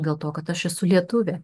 dėl to kad aš esu lietuvė